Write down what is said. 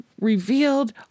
revealed